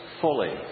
fully